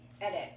edit